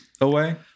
away